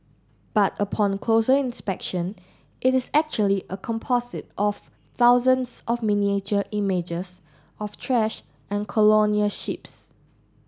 but upon closer inspection it is actually a composite of thousands of miniature images of trash and colonial ships